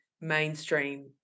mainstream